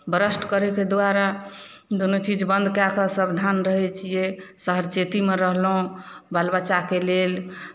burst करयके दुआरा दुनू चीज बन्द कए कऽ सावधान रहै छियै सहरचेतीमे रहलहुँ बाल बच्चाके लेल